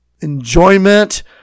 enjoyment